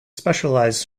specialized